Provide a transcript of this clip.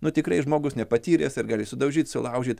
nu tikrai žmogus nepatyręs ar gali sudaužyt sulaužyt